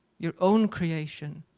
your own creation,